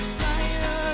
fire